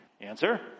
Answer